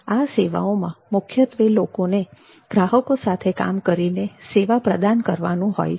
આ સેવાઓમા મુખ્યત્વે લોકોને ગ્રાહકો સાથે કામ કરીને સેવા પ્રદાન કરવાનું હોય છે